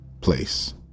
place